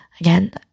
Again